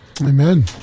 Amen